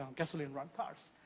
um gasoline-run cars.